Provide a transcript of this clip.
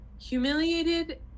humiliated